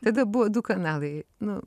tada buvo du kanalai nu